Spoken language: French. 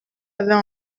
avait